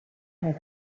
had